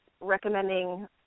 recommending